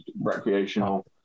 recreational